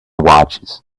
watches